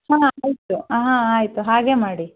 ಹಾಂ ಆಯಿತು ಆಂ ಆಯಿತು ಹಾಗೇ ಮಾಡಿ